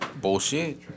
Bullshit